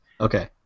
Okay